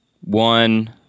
one